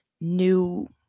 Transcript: new